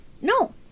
No